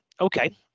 Okay